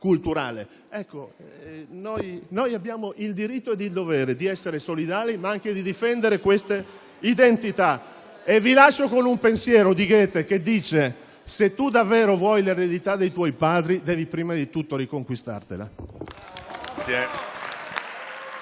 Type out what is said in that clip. Noi abbiamo il diritto e il dovere di essere solidali, ma anche di difendere queste identità. Vi lascio con questo pensiero di Goethe: se davvero vuoi l'eredità dei tuoi padri, devi prima di tutto riconquistartela.